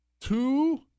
two